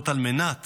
על מנת